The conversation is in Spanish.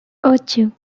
ocho